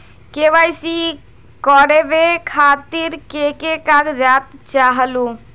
KYC करवे खातीर के के कागजात चाहलु?